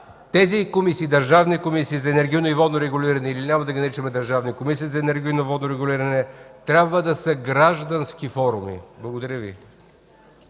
тези комисии – държавни комисии за енергийно и водно регулиране, или няма да ги наричаме държавни, комисии за енергийно и водно регулиране, трябва да са граждански форуми. Благодаря Ви.